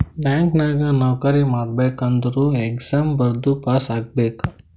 bank ನಾಗ್ ನೌಕರಿ ಮಾಡ್ಬೇಕ ಅಂದುರ್ ಎಕ್ಸಾಮ್ ಬರ್ದು ಪಾಸ್ ಆಗ್ಬೇಕ್